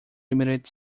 limited